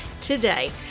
today